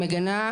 מגנה,